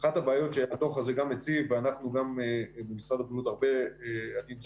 אחת הבעיות שהדוח הזה מציף ואנחנו גם במשרד הבריאות אני נמצא